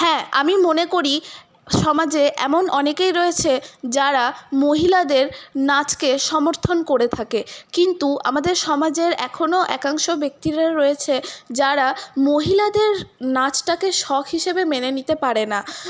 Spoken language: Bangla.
হ্যাঁ আমি মনে করি সমাজে এমন অনেকেই রয়েছে যারা মহিলাদের নাচকে সমর্থন করে থাকে কিন্তু আমাদের সমাজের এখনও একাংশ ব্যক্তিরা রয়েছে যারা মহিলাদের নাচটাকে শখ হিসেবে মেনে নিতে পারে না